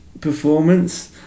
performance